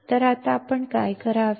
तर आता आपण काय करावे